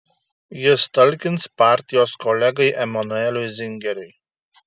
jis talkins partijos kolegai emanueliui zingeriui